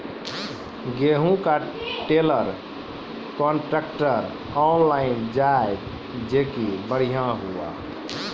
गेहूँ का trailer contractor online जाए जैकी बढ़िया हुआ